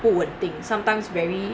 不稳定 sometimes very